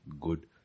good